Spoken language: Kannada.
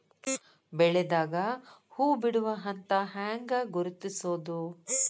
ಬೆಳಿದಾಗ ಹೂ ಬಿಡುವ ಹಂತ ಹ್ಯಾಂಗ್ ಗುರುತಿಸೋದು?